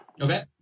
Okay